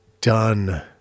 done